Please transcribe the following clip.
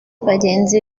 bagenzi